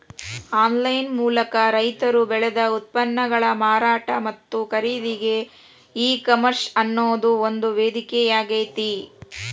online ಮೂಲಕ ರೈತರು ಬೆಳದ ಉತ್ಪನ್ನಗಳ ಮಾರಾಟ ಮತ್ತ ಖರೇದಿಗೆ ಈ ಕಾಮರ್ಸ್ ಅನ್ನೋದು ಒಂದು ವೇದಿಕೆಯಾಗೇತಿ